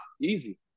easy